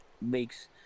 makes